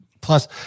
Plus